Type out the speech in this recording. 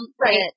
Right